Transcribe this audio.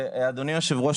אדוני היושב ראש,